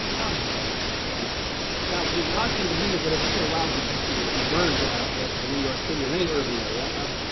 um now the odd thing to me is that it's still allowed to be you know be burned ah in new york city or any urban area. um